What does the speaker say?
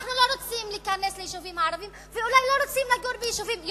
אנחנו לא רוצים להיכנס ליישובים היהודיים ואולי לא רוצים לגור בהם.